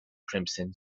crimson